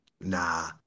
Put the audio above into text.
Nah